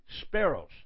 sparrows